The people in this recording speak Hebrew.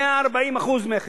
140% מכס,